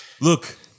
Look